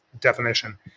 definition